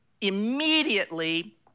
immediately